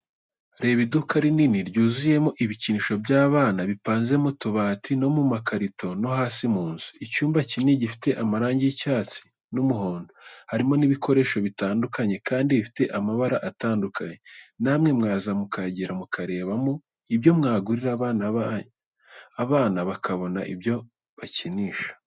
Reba iduka rinini ryuzuyemo ibikinisho by'abana bipanze mu tubati no mu makarito no hasi mu nzu, icyumba kinini gifite amarangi y'icyatsi n'umuhondo harimo n'ibikoresho bitandukanye kandi bifite amabara atandukanye. Namwe mwaza mukahagera mukarebamo ibyo mwagurira abana bakabona ibyo bakinisha.